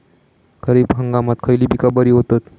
खरीप हंगामात खयली पीका बरी होतत?